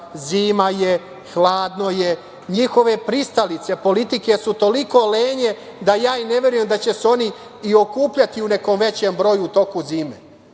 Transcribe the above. zima je, hladno je, njihove pristalice politike su toliko lenje da ja i ne verujem da će se oni i okupljati u nekom većem broju u toku zime.